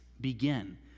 begin